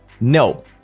No